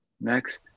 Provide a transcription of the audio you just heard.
Next